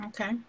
Okay